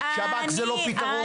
שב"כ זה לא פתרון.